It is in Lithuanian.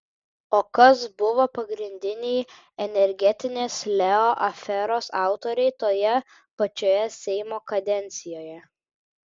o kas buvo pagrindiniai energetinės leo aferos autoriai toje pačioje seimo kadencijoje